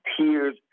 tears